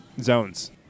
zones